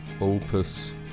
opus